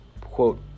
quote